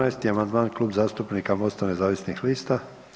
11. amandman Klub zastupnika Mosta nezavisnih lista.